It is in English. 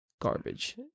Garbage